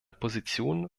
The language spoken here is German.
position